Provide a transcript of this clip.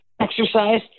exercise